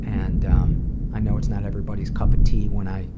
and um i know it's not everybody's cup of tea when i